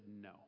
no